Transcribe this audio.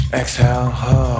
exhale